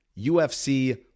UFC